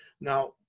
Now